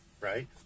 Right